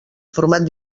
format